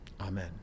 Amen